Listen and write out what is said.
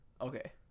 Okay